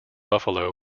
buffalo